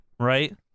right